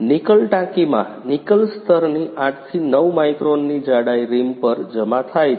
nickel ટાંકીમાં nickel સ્તરની 8 થી 9 માઇક્રોનની જાડાઈ રિમ પર જમા થાય છે